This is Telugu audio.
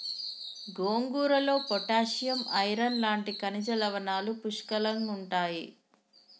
గోంగూరలో పొటాషియం, ఐరన్ లాంటి ఖనిజ లవణాలు పుష్కలంగుంటాయి